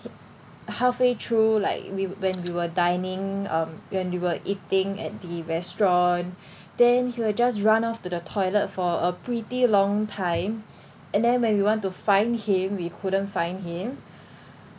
halfway through like we when we were dining um when we were eating at the restaurant then he will just run off to the toilet for a pretty long time and then when we want to find him we couldn't find him